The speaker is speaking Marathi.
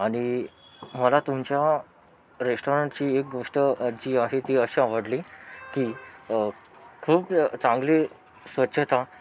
आणि मला तुमच्या रेस्टॉरंटची एक गोष्ट जी आहे ती अशी आवडली की खूप चांगली स्वच्छता